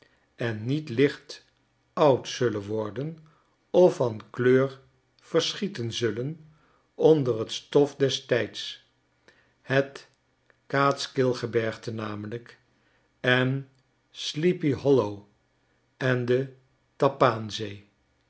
en niet licht oud zullen worden of van kleur verschieten zullen onder t stof des tijds het katskill gebergte namelijk en sleepy hollow en de tappaan zee